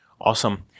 Awesome